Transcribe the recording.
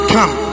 Come